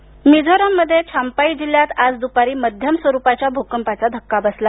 भूकप मिझोराम मध्ये छाम्पाई जिल्ह्यात आज दुपारी मध्यम स्वरुपाच्या भूकंपाचा धक्का बसला